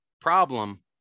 problem